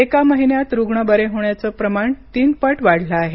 एका महिन्यात रुग्ण बरे होण्याचे प्रमाण तीन पट वाढले आहे